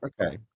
Okay